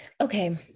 Okay